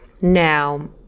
now